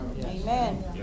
Amen